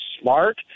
smart